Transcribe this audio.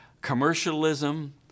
commercialism